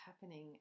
happening